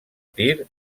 tir